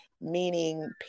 meaning